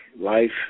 life